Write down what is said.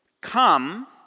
Come